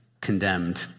condemned